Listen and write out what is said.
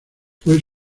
fue